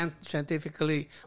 scientifically